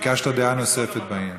ביקשת דעה נוספת בעניין.